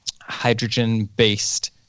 hydrogen-based